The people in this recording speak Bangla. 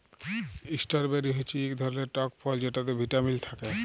ইস্টরবেরি হচ্যে ইক ধরলের টক ফল যেটতে ভিটামিল থ্যাকে